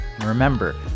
Remember